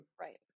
Right